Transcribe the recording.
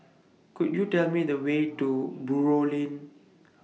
Could YOU Tell Me The Way to Buroh Lane